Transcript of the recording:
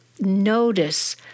notice